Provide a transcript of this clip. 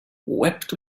wept